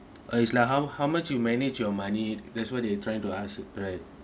ah is like how how much you manage your money that's what they trying to ask right